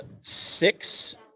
six